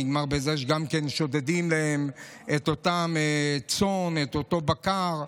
גם שודדים להם את אותו צאן, את אותו בקר.